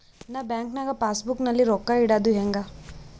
ನಾ ಬ್ಯಾಂಕ್ ನಾಗ passbook ನಲ್ಲಿ ರೊಕ್ಕ ಇಡುದು ಹ್ಯಾಂಗ್?